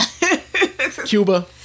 Cuba